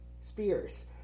Spears